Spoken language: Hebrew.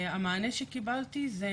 המענה שקיבלתי זה,